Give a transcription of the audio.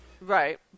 right